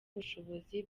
ubushobozi